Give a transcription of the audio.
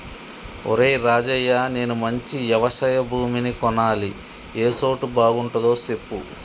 ఒరేయ్ రాజయ్య నేను మంచి యవశయ భూమిని కొనాలి ఏ సోటు బాగుంటదో సెప్పు